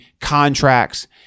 contracts